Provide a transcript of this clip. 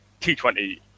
T20